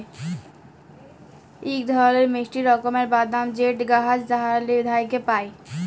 ইক ধরলের মিষ্টি রকমের বাদাম যেট গাহাচ থ্যাইকে পায়